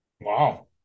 Wow